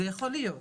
זה יכול להיות,